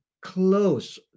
close